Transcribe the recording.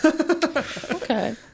Okay